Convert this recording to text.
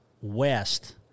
west –